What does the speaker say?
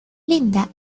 linda